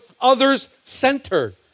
others-centered